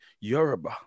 Yoruba